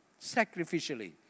sacrificially